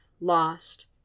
lost